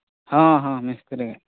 ᱦᱮᱸ ᱦᱮᱸ ᱢᱤᱥᱛᱨᱤ ᱜᱮ